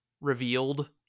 revealed